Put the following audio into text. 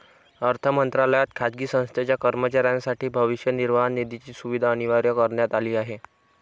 अर्थ मंत्रालयात खाजगी संस्थेच्या कर्मचाऱ्यांसाठी भविष्य निर्वाह निधीची सुविधा अनिवार्य करण्यात आली आहे